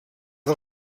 del